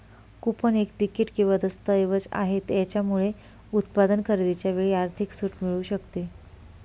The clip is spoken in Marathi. कुपन एक तिकीट किंवा दस्तऐवज आहे, याच्यामुळे उत्पादन खरेदीच्या वेळी आर्थिक सूट मिळू शकते